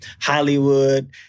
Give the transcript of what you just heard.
Hollywood